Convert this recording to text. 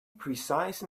precise